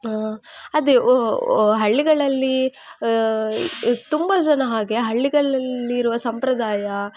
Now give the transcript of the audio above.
ಅದೆ ಹಳ್ಳಿಗಳಲ್ಲಿ ತುಂಬ ಜನ ಹಾಗೆ ಹಳ್ಳಿಗಲಿಳಲ್ಲಿರುವ ಸಂಪ್ರದಾಯ